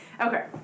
Okay